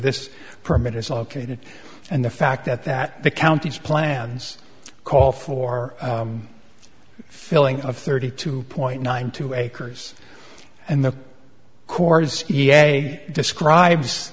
this permit is located and the fact that that the county's plans call for filling of thirty two point nine two acres and the corps describes